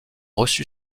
reçu